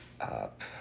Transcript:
up